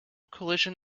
collision